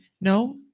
No